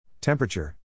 Temperature